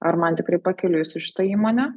ar man tikrai pakeliui su šita įmone